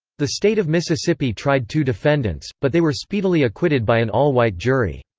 the state of mississippi tried two defendants, but they were speedily acquitted by an all-white jury.